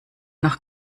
noch